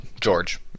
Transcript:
George